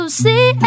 see